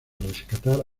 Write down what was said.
rescatar